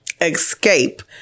Escape